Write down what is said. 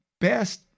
best